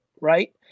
right